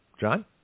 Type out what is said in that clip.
John